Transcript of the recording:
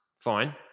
fine